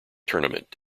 tournament